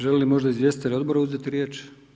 Želi li možda izvjestitelj odbora uzeti riječ?